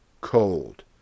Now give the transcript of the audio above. cold